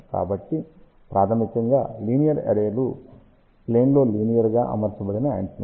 కాబట్టి ప్రాథమికంగా linear array లు ప్లేన్ లో లీనియర్ గా అమర్చబడిన యాంటెనాలు